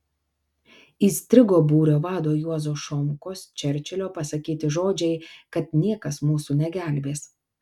įstrigo būrio vado juozo šomkos čerčilio pasakyti žodžiai kad niekas mūsų negelbės